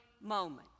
moment